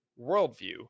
worldview